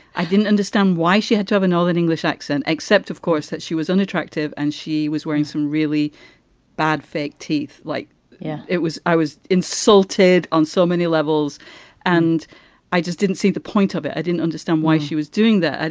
i didn't understand why she had to have a northern english accent, except, of course, that she was unattractive and she was wearing some really bad fake teeth like yeah it was. i was insulted on so many levels and i just didn't see the point of it. i didn't understand why she was doing that,